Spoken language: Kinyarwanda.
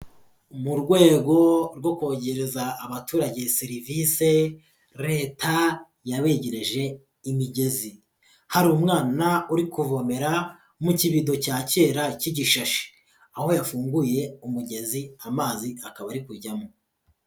Mu rwego rwo kwegereza abaturage serivisi, Leta yabegereje imigezi. Hari umwana uri kuvomera mu kibido cya kera cy'igishashi, aho yafunguye umugezi, amazi akaba ari kujyamo.